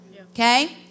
Okay